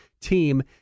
team